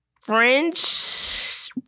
French